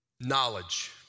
Knowledge